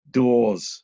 doors